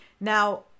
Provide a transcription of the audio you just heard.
Now